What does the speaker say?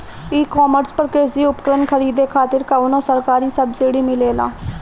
ई कॉमर्स पर कृषी उपकरण खरीदे खातिर कउनो सरकारी सब्सीडी मिलेला?